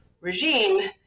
regime